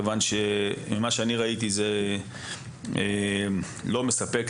מכיוון שזה לא מספק,